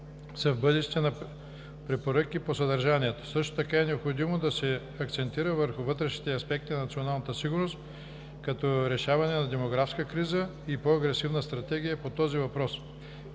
в бъдеще на препоръки по съдържанието. Също така е необходимо да се акцентира върху вътрешните аспекти на националната сигурност, като решаване на демографската криза и по-агресивна стратегия по този въпрос,